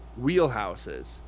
wheelhouses